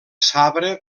sabre